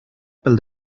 pel